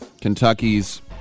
Kentucky's